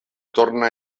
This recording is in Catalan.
torna